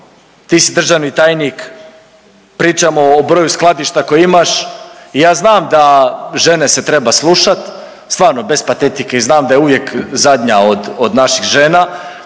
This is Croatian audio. ti si državni tajnik pričamo o broju skladišta koja imaš i ja znam da žene se treba slušat, stvarno bez patetike i znam da je uvijek zadnja od naših žena,